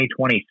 2020